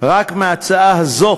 רק מההצעה הזאת